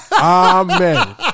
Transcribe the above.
Amen